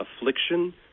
affliction